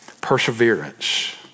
Perseverance